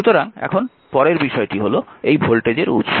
সুতরাং এখন পরের বিষয়টি হল এই ভোল্টেজের উৎস